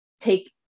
take